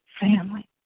family